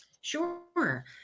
Sure